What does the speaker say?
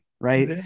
right